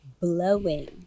blowing